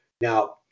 Now